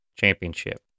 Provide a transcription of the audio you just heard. Championship